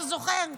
אתה זוכר.